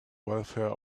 welfare